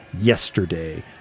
Yesterday